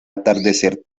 atardecer